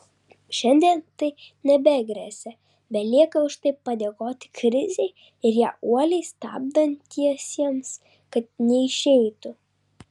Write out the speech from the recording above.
šiandien tai nebegresia belieka už tai padėkoti krizei ir ją uoliai stabdantiesiems kad neišeitų